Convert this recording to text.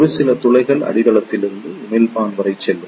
ஒரு சில துளைகள் அடித்தளத்திலிருந்து உமிழ்ப்பான் வரை செல்லும்